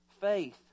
Faith